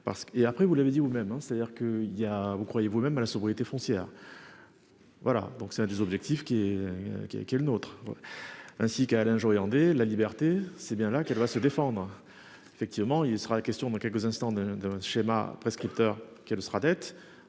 après vous l'avez dit vous-même hein c'est-à-dire que il y a vous croyez vous-même à la sobriété foncière. Voilà donc c'est un des objectifs qui est qui est qui est le nôtre. Ainsi qu'à Alain Joyandet, la liberté, c'est bien là qu'elle va se défendre. Effectivement, il sera question dans quelques instants de d'un schéma prescripteurs qu'elle sera dette